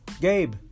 Gabe